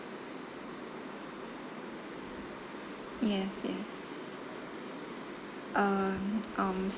yes yes uh um